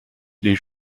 les